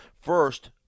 first